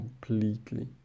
completely